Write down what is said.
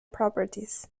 properties